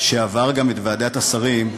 שעבר גם את ועדת השרים,